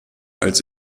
als